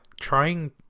trying